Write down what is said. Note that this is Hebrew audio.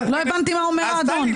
לא הבנתי מה אומר האדון.